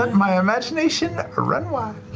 and my imagination ah run wild.